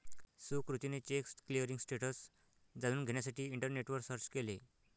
सुकृतीने check clearing status जाणून घेण्यासाठी इंटरनेटवर सर्च केले